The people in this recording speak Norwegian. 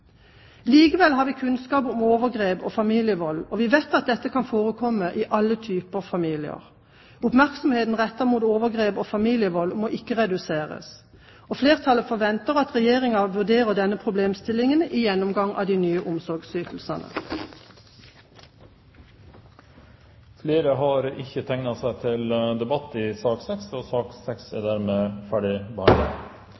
Likevel har vi kunnskap om overgrep og familievold, og vi vet at dette kan forekomme i alle typer familier. Oppmerksomheten rettet mot overgrep og familievold må ikke reduseres. Flertallet forventer at Regjeringen vurderer denne problemstillingen i gjennomgangen av de nye omsorgsytelsene. Flere har ikke bedt om ordet til sak nr. 6. Jeg vil bare vise til at det er